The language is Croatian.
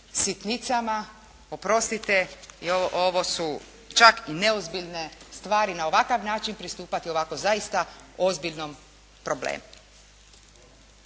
sitnicama, oprostite i ovo su čak i neozbiljne stvari na ovakav način pristupati ovako zaista ozbiljnom problemu.